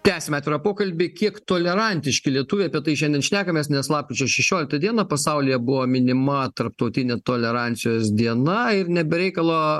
tęsiam atvirą pokalbį kiek tolerantiški lietuviai apie tai šiandien šnekamės nes lapkričio šešioliktą dieną pasaulyje buvo minima tarptautinė tolerancijos diena ir ne be reikalo